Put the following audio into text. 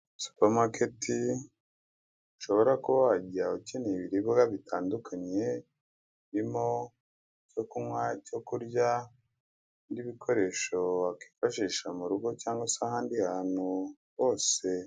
Supamaketi ushobora kuba wajya ukeneye ibiribwa bitandukanye birimo icyo kunywa, icyo kurya n'ibikoresho wakwifashisha mu rugo cyangwa se ahandi hantu hose.